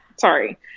Sorry